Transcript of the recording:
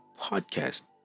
podcast